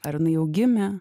ar jinai jau gimė